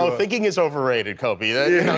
ah thinking is overrated, kobe. yeah